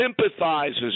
sympathizes